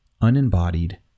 unembodied